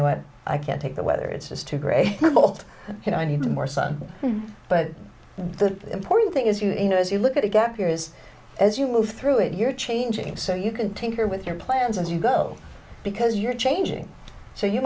know what i can't take the weather it's just too great both you know i need more sun but the important thing is you know as you look at the gap here is as you move through it you're changing so you can tinker with your plans as you go because you're changing so you